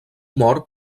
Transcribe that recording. mort